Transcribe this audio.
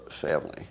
family